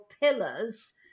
pillars